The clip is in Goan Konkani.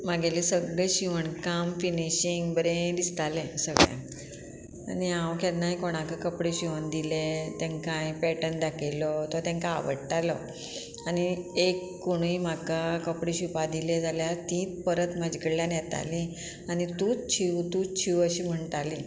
म्हागेलें सगळें शिवणकाम फिनिशिंग बरें दिसतालें सगळें आनी हांव केन्नाय कोणाक कपडे शिंवन दिलें तांकां हांवें पॅटर्न दाकयलो तो तांकां आवडटालो आनी एक कोणूय म्हाका कपडे शिंवपा दिले जाल्यार तीच परत म्हाजे कडल्यान येताली आनी तूंच शिंव तूच शिंव अशीं म्हणटालीं